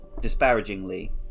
disparagingly